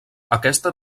aquesta